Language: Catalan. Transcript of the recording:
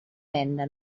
venda